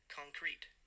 concrete